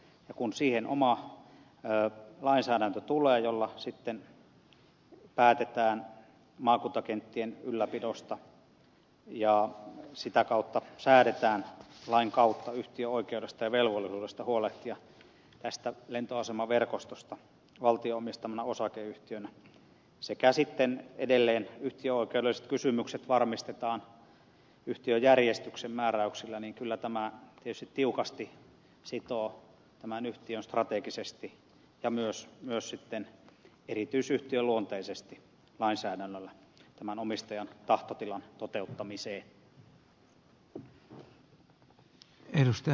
kun sille tulee oma lainsäädäntönsä jolla sitten päätetään maakuntakenttien ylläpidosta säädetään sitä kautta yhtiön oikeudesta ja velvollisuudesta huolehtia tästä lentoasemaverkostosta valtion omistamana osakeyhtiönä ja varmistetaan sitten yhtiöoikeudelliset kysymykset yhtiöjärjestyksen määräyksillä niin kyllä lainsäädäntö tietysti tiukasti sitoo yhtiön strategisesti ja myös sitten erityisyhtiöluonteisesti tämän omistajan tahtotilan toteuttamiseen